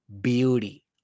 beauty